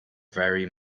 very